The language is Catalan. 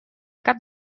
cap